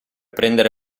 prendere